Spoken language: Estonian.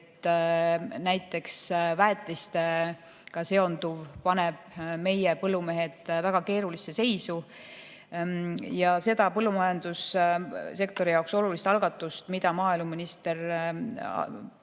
et näiteks väetistega seonduv paneb meie põllumehed väga keerulisse seisu. Ja seda põllumajandussektori jaoks olulist algatust, mille maaeluminister